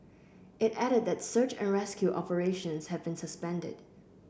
it added that search and rescue operations have been suspended